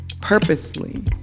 purposely